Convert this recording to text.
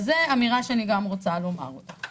זו אמירה שאני רוצה לומר אותה.